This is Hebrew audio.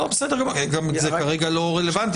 זה גם כרגע לא רלוונטי,